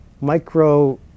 micro